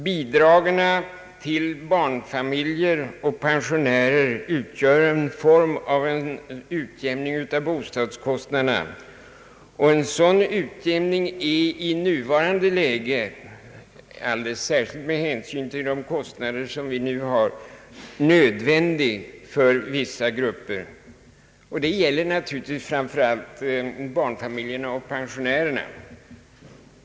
Bidragen till barnfamiljer och pensionärer utgör en form av utjämning av bostadskostnaderna, och en sådan utjämning är i nuvarande läge alldeles särskilt nödvändig för vissa grupper med hänsyn till de kostnader som vi nu har. Det gäller naturligtvis framför allt barnfamiljerna och pensionärerna.